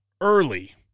early